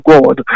God